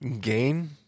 gain